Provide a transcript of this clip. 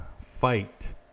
fight